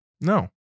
No